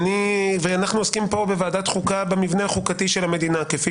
ואנחנו עוסקים פה בוועדת חוקה במבנה החוקתי של המדינה כפי